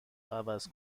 عوض